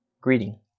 greeting